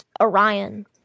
Orion